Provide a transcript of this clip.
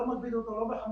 אנחנו מדברים על נציגי אוצר,